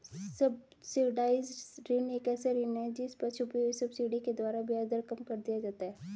subsidised ऋण एक ऐसा ऋण है जिस पर छुपी हुई सब्सिडी के द्वारा ब्याज दर कम कर दिया जाता है